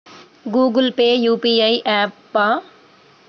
Google Pay UPI య్యాపా?